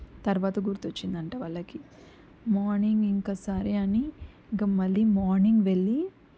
తర్వాత గుర్తొచ్చిందంట వాళ్ళకి మార్నింగ్ ఇంక సరే అని ఇంక మళ్ళీ మార్నింగ్ వెళ్ళి